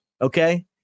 Okay